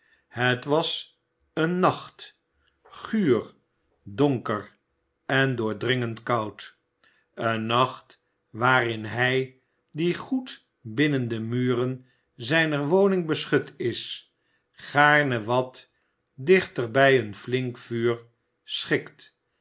het was een nacht guur donker en doordringend koud een nacht waarin hij die goed binnen de muren zijner woning beschut is gaarne wat dichter bij een flink vuur schikt